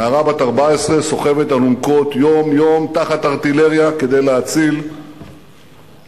נערה בת 14 סוחבת אלונקות יום-יום תחת ארטילריה כדי להציל לוחמים,